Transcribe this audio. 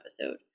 episode